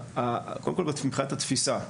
קודם כל מבחינת התפיסה.